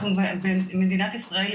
אנחנו במדינת ישראל,